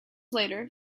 layer